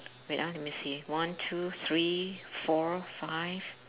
wait ah let me see one two three four five